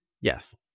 yes